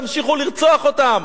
תמשיכו לרצוח אותם.